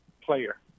player